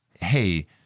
hey